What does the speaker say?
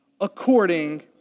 according